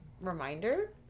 reminder